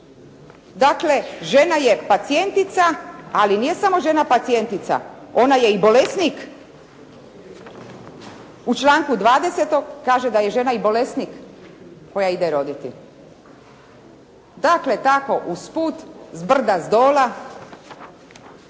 Dakle, žena je pacijentica, ali nije samo žena pacijentica. Ona je i bolesnik. U članku 20. kaže da je žena i bolesnik koja ide roditi. Dakle, tako usput s brda s dola